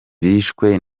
bishwe